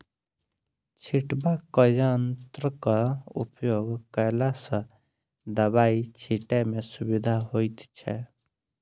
छिटबाक यंत्रक उपयोग कयला सॅ दबाई छिटै मे सुविधा होइत छै